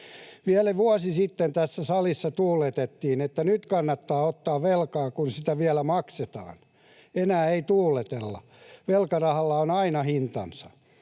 Vielä vuosi sitten tässä salissa tuuletettiin, että nyt kannattaa ottaa velkaa, kun sitä vielä maksetaan. Enää ei tuuletella. Velkarahalla on aina hintansa.